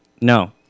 No